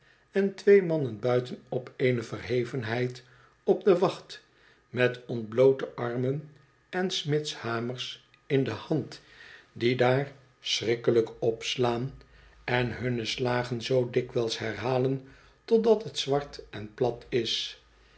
en twee mannen buiten op eene verhevenheid op de wacht met ontbloot e armen en smidshamers in de hand die daar schrikkelijk op slaan on hunne slagen zoo dikwijls herhalen totdat t zwart en plat is